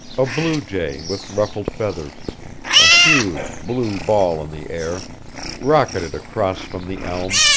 a blue jay, with ruffled feathers a huge, blue ball in the air rocketed across from the elm,